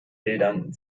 bildern